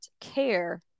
care